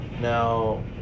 Now